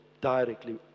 directly